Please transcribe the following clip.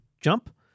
jump